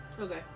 okay